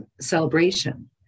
celebration